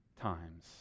times